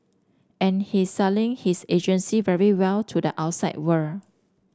and he's selling his agency very well to the outside world